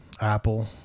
Apple